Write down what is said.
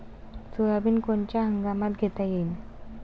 Soybean कोनच्या हंगामात घेता येईन?